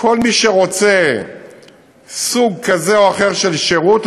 כל מי שרוצה סוג כזה או אחר של שירות,